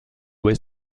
ouest